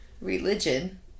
religion